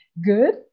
good